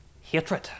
hatred